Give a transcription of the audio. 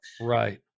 Right